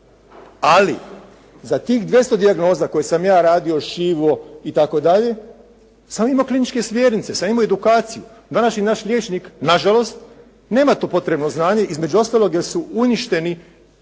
Ali za tih 200 dijagnoza koje sam ja radio, šivao i tako dalje sam imao kliničke smjernice, sam imao edukaciju. Današnji naš liječnik nažalost nema to potrebno znanje između ostalog jer su uništene